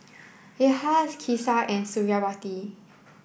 Yahya Kasih and Suriawati